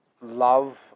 love